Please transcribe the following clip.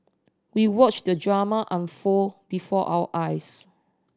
we watched the drama unfold before our eyes